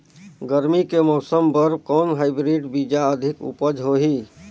गरमी के मौसम बर कौन हाईब्रिड बीजा अधिक उपज होही?